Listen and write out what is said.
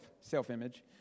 self-image